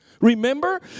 Remember